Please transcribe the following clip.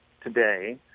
today